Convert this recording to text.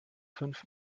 fünf